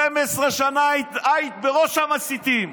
12 שנה היית בראש המסיתים.